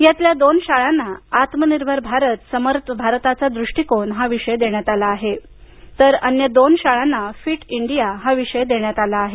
यातल्या दोन शाळांना आत्मनिर्भर भारत समर्थ भारताचा दृष्टीकोन हा विषय दिला आहे तर अन्य दोन शाळांना फिट इंडिया हा विषय देण्यात आला आहे